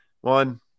One